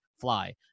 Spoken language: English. fly